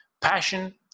Passion